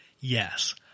yes